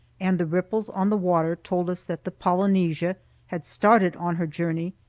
and the ripples on the water told us that the polynesia had started on her journey,